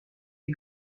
des